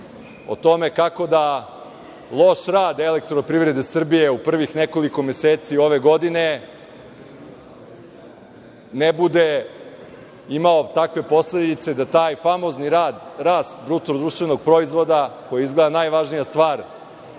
o tome kako da loš rad Elektroprivrede Srbije u prvih nekoliko meseci ove godine ne bude imao takve posledice da taj famozni rast BDP, koji je izgleda najvažnija stvar